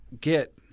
get